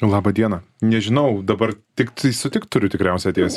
laba diena nežinau dabar tiktai sutikt turiu tikriausiai atėjus